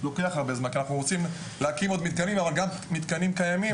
כי אנחנו רוצים להקים עוד מתקנים אבל גם לשפר מתקנים קיימים.